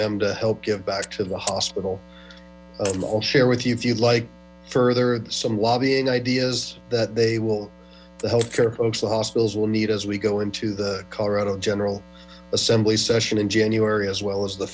them to help give back to the hospital i'll share with you if you'd like further some lobbying ideas that they the health care folks the hospitals will need as we go into the colorado general assembly session in january as well as the